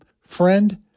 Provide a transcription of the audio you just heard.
Friend